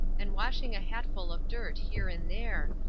and washing a hatful of dirt here and there,